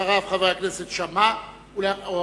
חבר הכנסת מולה, חבר הכנסת שאמה וחבר